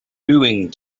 doing